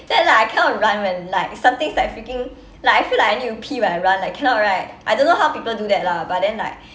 then like I cannot run when like something is like freaking like I feel like I need to pee when I run like cannot right I don't know how people do that lah but then like